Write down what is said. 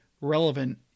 relevant